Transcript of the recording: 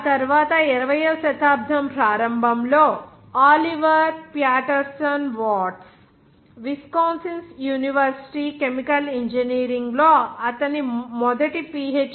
ఆ తరువాత 20 వ శతాబ్దం ప్రారంభంలో Oliver Patterson Watts Wisconsin university chemical ఇంజనీరింగ్లో అతనికి మొదటి పిహెచ్